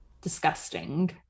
disgusting